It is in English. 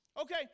Okay